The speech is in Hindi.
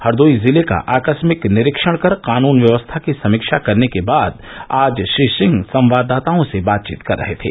हरदोई जिले का आकस्मिक निरीक्षण कर कानून व्यवस्था की समीक्षा करने के बाद आज श्री सिंह संवाददाताओं से बातचीत कर रहे थे